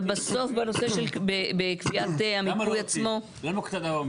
בנושא של קביעת המיפוי עצמו --- אני דווקא בעד.